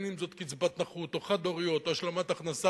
הן אם זאת קצבת נכות או חד-הוריות או השלמת הכנסה,